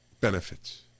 benefits